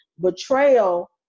betrayal